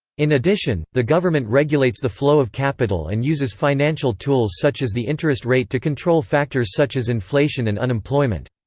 in addition, the government regulates the flow of capital and uses financial tools such as the interest rate to control factors such as inflation and unemployment.